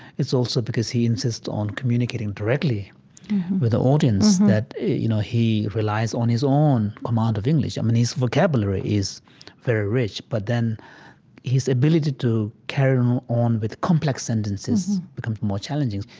it's also because he insists on communicating directly with the audience that you know he relies on his own amount of english. i mean, his vocabulary is very rich, but then his ability to carry on um on with complex sentences becomes more challenging.